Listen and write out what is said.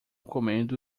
comendo